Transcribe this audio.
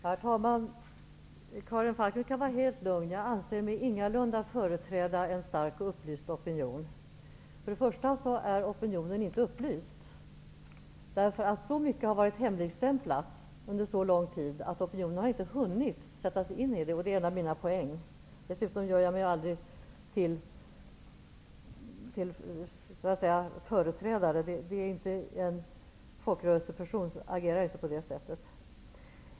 Herr talman! Karin Falkmer kan vara helt lugn. Jag anser mig ingalunda företräda en stark och upplyst opinion. För det första är opinionen inte upplyst. Så mycket har nämligen varit hemligstämplat under så lång tid att opinionen inte har hunnit sätta sig in i dessa frågor. Det är en av mina poänger. För det andra gör jag mig aldrig till företrädare för någon. En folkrörelseperson agerar inte på det sättet.